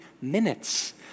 minutes